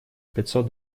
пятьсот